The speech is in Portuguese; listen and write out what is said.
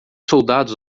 soldados